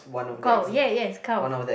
cow ya yes cow